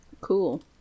cool